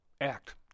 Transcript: act